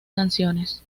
canciones